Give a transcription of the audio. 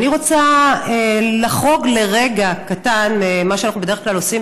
אני רוצה לחרוג לרגע קטן ממה שאנחנו בדרך כלל עושים,